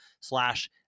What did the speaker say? slash